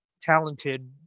talented